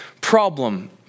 problem